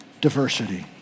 diversity